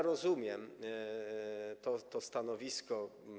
Rozumiem to stanowisko.